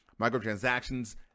microtransactions